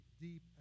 deep